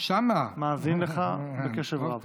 מאזין לך בקשב רב.